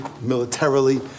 militarily